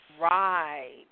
Right